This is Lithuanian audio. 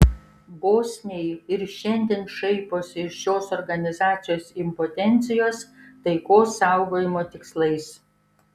bosniai ir šiandien šaiposi iš šios organizacijos impotencijos taikos saugojimo tikslais